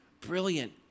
Brilliant